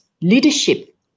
leadership